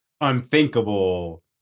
unthinkable